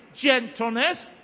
gentleness